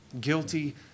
Guilty